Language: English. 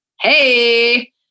Hey